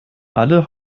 alle